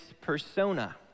persona